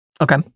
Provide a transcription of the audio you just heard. okay